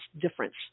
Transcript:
difference